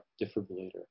defibrillator